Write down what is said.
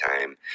time